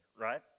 right